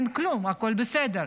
אין כלום, הכול בסדר.